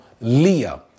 Leah